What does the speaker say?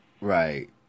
Right